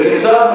וכיצד,